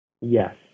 Yes